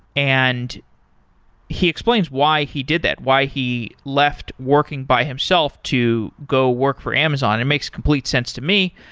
and he explains why he did that, why he left working by himself to go work for amazon. it makes complete sense to me.